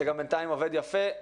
זה גם בינתיים עובד יפה,